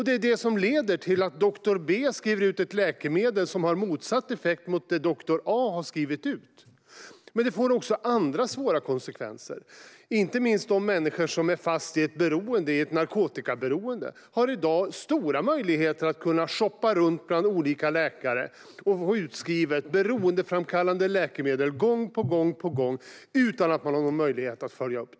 Det är det som leder till att doktor B skriver ut ett läkemedel som har motsatt effekt mot vad doktor A har skrivit ut. Men det får också andra svåra konsekvenser. Inte minst de människor som är fast i ett narkotikaberoende har i dag stora möjligheter att shoppa runt bland olika läkare och få utskrivet beroendeframkallande läkemedel gång på gång utan att det finns någon möjlighet att följa upp.